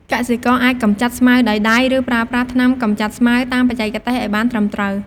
កសិករអាចកម្ចាត់ស្មៅដោយដៃ ឬប្រើប្រាស់ថ្នាំកម្ចាត់ស្មៅតាមបច្ចេកទេសឲ្យបានត្រឹមត្រូវ។